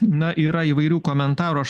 na yra įvairių komentarų aš